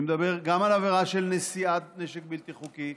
אני מדבר גם על עבירה של נשיאת נשק בלתי חוקי,